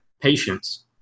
patience